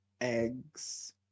eggs